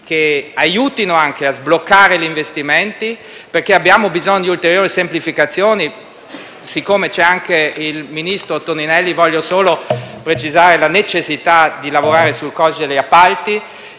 che aiutino a sbloccare gli investimenti perché abbiamo bisogno di ulteriori semplificazioni. Dato che è presente anche il ministro Toninelli, voglio ricordare la necessità di lavorare sul codice degli appalti.